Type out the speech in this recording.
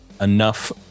enough